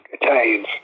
Italians